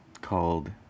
called